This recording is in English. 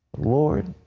lord,